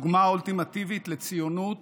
דוגמה אולטימטיבית לציונות,